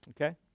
Okay